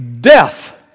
death